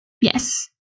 Yes